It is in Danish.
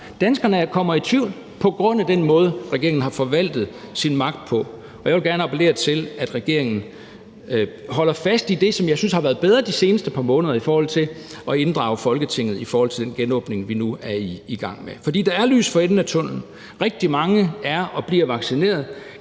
Danskerne kommer i tvivl på grund af den måde, regeringen har forvaltet sin magt på. Og jeg vil gerne appellere til, at regeringen holder fast i det, som jeg synes har været bedre de seneste par måneder med hensyn til at inddrage Folketinget om den genåbning, vi nu er i gang med. For der er lys for enden af tunnellen. Rigtig mange er og bliver vaccineret.